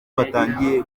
batangiye